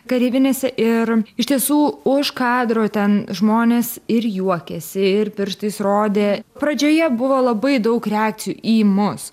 kareivinėse ir iš tiesų už kadro ten žmonės ir juokėsi ir pirštais rodė pradžioje buvo labai daug reakcijų į mus